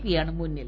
പിയാണ് മുന്നിൽ